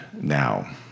now